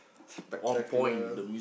spectacular